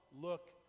look